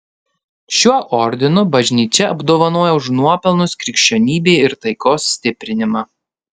šiuo ordinu bažnyčia apdovanoja už nuopelnus krikščionybei ir taikos stiprinimą